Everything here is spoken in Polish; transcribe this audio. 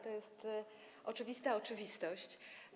To jest oczywista oczywistość.